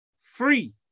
free